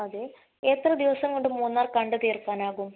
അതെ എത്ര ദിവസം കൊണ്ട് മൂന്നാർ കണ്ട് തീർക്കാനാകും